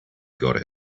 got